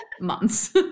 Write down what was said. months